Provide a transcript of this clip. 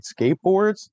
skateboards